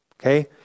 okay